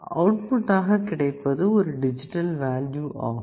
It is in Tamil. அவுட் புட் ஆக கிடைப்பது ஒரு டிஜிட்டல் வேல்யூ ஆகும்